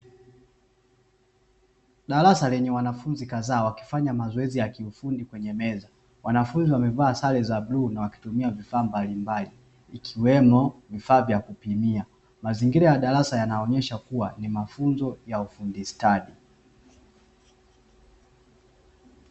Darasa lenye wanafunzi kadhaa wakifanya mazoezi ya kiufundi kwenye meza. Wanafunzi wamevaa sare za bluu na wakitumia vifaa mbalimbali, ikiwemo vifaa vya kupimia. Mazingira ya darasa yanaonyesha kuwa, ni mafunzo ya ufundi stadi.